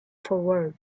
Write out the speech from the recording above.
forward